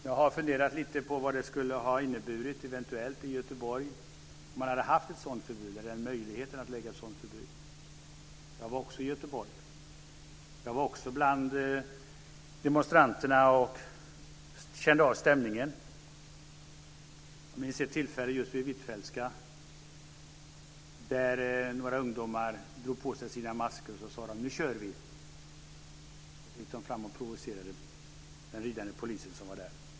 Jag har funderat lite på vad det kunde ha inneburit om man hade haft ett sådant förbud i Göteborg, eller om man åtminstone hade haft möjligheten att utfärda ett sådant förbud. Jag var också i Göteborg. Jag var också bland demonstranterna och kände av stämningen. Jag minns ett tillfälle just vid Hvitfeldtska där några ungdomar drog på sig sina masker och sade: Nu kör vi! Så gick de fram och provocerade de ridande poliser som var där.